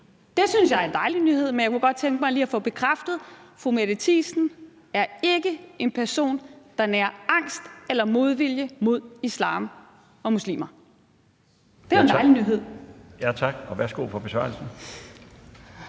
Det synes jeg er en dejlig nyhed, men jeg kunne godt tænke mig lige at få bekræftet, at fru Mette Thiesen ikke er en person, der nærer angst for eller modvilje mod islam og muslimer. Det er jo en dejlig nyhed. Kl. 12:38 Den fg. formand